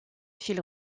fil